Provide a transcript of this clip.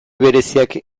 bereziak